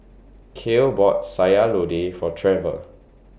Kael bought Sayur Lodeh For Treva